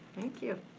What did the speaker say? thank you.